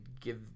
give